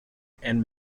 and